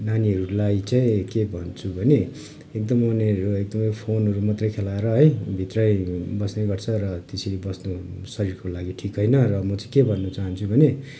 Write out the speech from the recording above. नानीहरूलाई के भन्छु भने एकदम उनीहरू एकदमै फोनहरू मात्रै खेलाएर है भित्रै बस्ने गर्छ र त्यसरी बस्नु शरीरको लागि ठिक होइन र म चाहिँ के भन्नु चाहन्छु भने